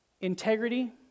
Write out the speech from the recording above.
Integrity